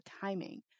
timing